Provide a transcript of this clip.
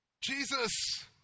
Jesus